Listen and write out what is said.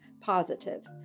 positive